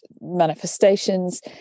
manifestations